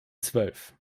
zwölf